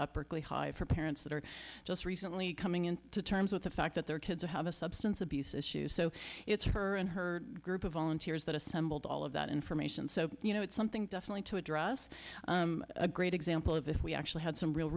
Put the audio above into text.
up berkeley high for parents that are just recently coming in to terms with the fact that their kids have a substance abuse issues so it's her and her group of volunteers that assembled all of that information so you know it's something definitely to address a great example of if we actually had some real